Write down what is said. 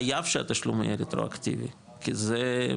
חייב שהתשלום יהיה רטרואקטיבי, כי זה,